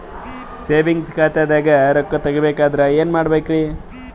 Savings ಖಾತಾದಾಗ ರೊಕ್ಕ ತೇಗಿ ಬೇಕಾದರ ಏನ ಮಾಡಬೇಕರಿ?